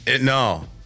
No